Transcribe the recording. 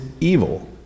evil